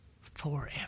forever